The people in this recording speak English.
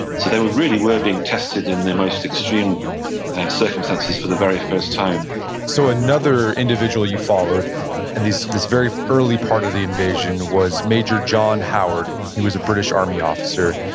so they really were being tested in the most extreme circumstances for the very first time so another individual you followed and in this very early part of the invasion was major john howard. he was a british army officer.